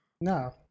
No